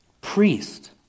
priest